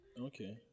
okay